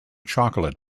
chocolate